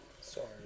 Sorry